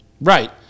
Right